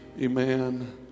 Amen